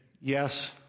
yes